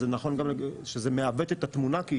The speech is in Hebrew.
אז זה נכון שזה מעוות את התמונה כי